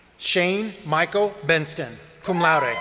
shane michael benston, cum laude. ah